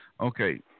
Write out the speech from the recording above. Okay